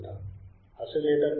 ఆసిలేటర్లు అంటే ఏమిటో చూద్దాం